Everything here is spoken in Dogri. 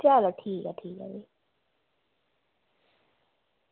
चलो ठीक ऐ ठीक ऐ भी